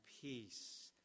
peace